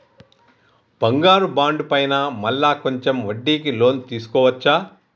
బంగారు బాండు పైన మళ్ళా కొంచెం వడ్డీకి లోన్ తీసుకోవచ్చా?